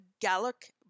Gallic